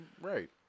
Right